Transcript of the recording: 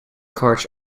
cards